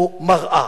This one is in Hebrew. או מראה,